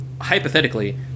hypothetically